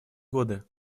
годы